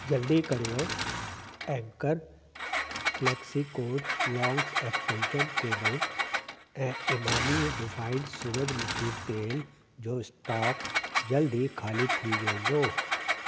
जल्दी करियो Anchor Flexicord long extension cable ऐं इमामी रिफाइंड सूरजमुखी तेल जो स्टॉक जल्द ई खाली थी वेंदो